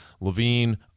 Levine